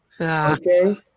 Okay